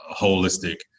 holistic